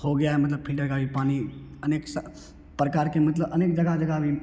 हो गया है मतलब फिल्टर का भी पानी अनेक स प्रकार के मतलब अनेक जगह जगह भी